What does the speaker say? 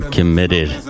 Committed